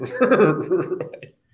Right